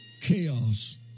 chaos